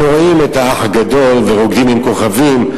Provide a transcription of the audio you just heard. אנחנו רואים את "האח הגדול" ו"רוקדים עם כוכבים",